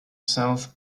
south